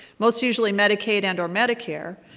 most usually medicaid and or medicare,